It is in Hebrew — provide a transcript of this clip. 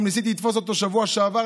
גם ניסיתי להשיג אותו בשבוע שעבר,